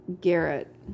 Garrett